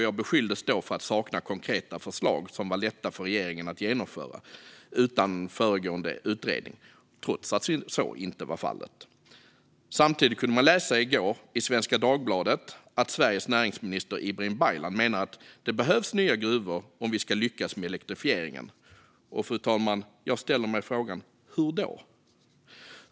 Jag beskylldes då för att sakna konkreta förslag som var lätta för regeringen att genomföra utan föregående utredning, trots att så inte var fallet. I går kunde man läsa i Svenska Dagbladet att Sveriges näringsminister Ibrahim Baylan menar att det behövs nya gruvor om vi ska lyckas med elektrifieringen. Fru talman! Jag ställer mig frågan "hur då".